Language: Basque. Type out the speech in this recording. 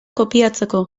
kopiatzeko